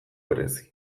berezi